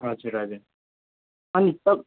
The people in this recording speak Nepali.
हजुर हजुर